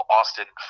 Austin